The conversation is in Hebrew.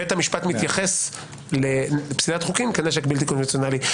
בית המשפט מתייחס לפסילת חוקים כנשק בלתי-קונבנציונלי.